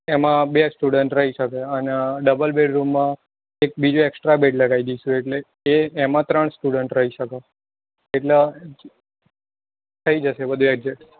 એમાં બે સ્ટુડન્ટ રહી શકે અને ડબલ બેડરૂમમાં એક બીજો એક્સ્ટ્રા બેડ લગાવી દઈશું એટલે એમાં ત્રણ સ્ટુડન્ટ રહી શકે એટલે થઈ જશે બધું એક્જસ